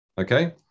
Okay